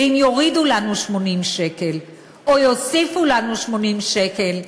ואם יורידו לנו 80 שקל או יוסיפו לנו 80 שקל,